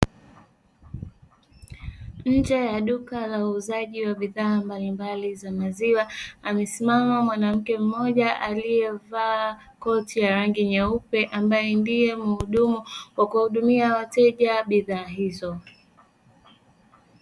Nje ya duka la uuzaji wa bidhaa mbalimbali za maziwa, amesimama mwanamke mmoja aliyevaa koti ya rangi nyeupe, ambaye ndiye mhudumu kwa kuwahudumia wateja bidhaa hizo.